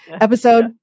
episode